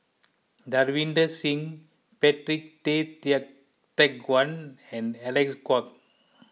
Davinder Singh Patrick Tay Teck Guan and Alec Kuok